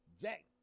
Jack